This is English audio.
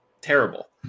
terrible